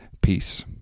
peace